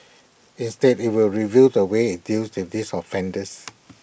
instead IT will review the way IT deals in these offenders